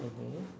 mmhmm